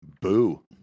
Boo